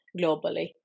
globally